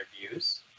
interviews